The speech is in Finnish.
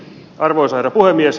arvoisa herra puhemies